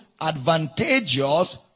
advantageous